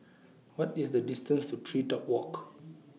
What IS The distance to Tree Top Walk